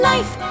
Life